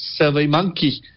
SurveyMonkey